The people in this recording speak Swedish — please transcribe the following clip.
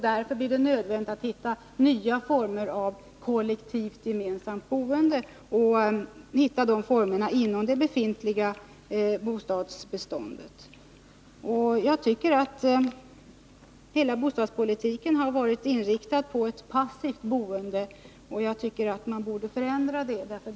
Därför blir det nödvändigt att inom det befintliga bostadsbeståndet hitta nya former för kollektivt boende. Hela bostadspolitiken har varit inriktad på ett passivt boende. Jag tycker att man borde förändra det.